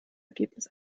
ergebnis